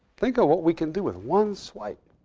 think of what we can do with one swipe.